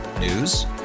News